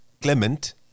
Clement